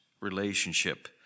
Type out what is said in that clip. relationship